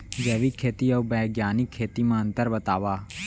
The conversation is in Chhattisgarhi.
जैविक खेती अऊ बैग्यानिक खेती म अंतर बतावा?